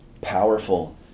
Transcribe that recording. powerful